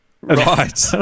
right